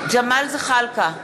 ג'מאל זחאלקה,